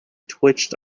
twitched